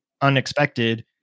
unexpected